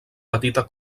petita